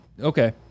Okay